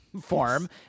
form